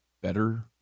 better